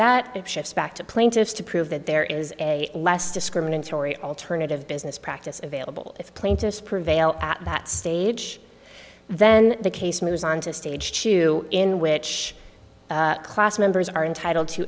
plaintiffs to prove that there is a less discriminatory alternative business practice available if plaintiffs prevail at that stage then the case moves on to stage two in which class members are entitled to